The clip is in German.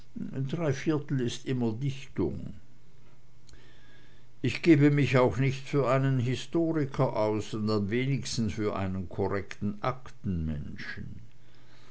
dreiviertel ist immer dichtung ich gebe mich auch nicht für einen historiker aus und am wenigsten für einen korrekten